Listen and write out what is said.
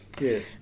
Yes